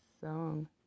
song